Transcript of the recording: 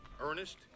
Ernest